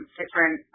different